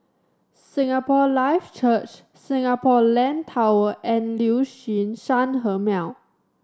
Singapore Life Church Singapore Land Tower and Liuxun Sanhemiao